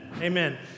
amen